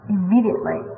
immediately